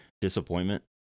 disappointment